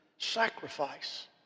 sacrifice